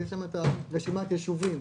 ויש שם רשימת יישובים.